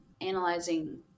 analyzing